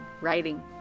writing